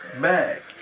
back